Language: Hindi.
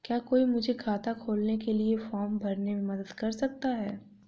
क्या कोई मुझे खाता खोलने के लिए फॉर्म भरने में मदद कर सकता है?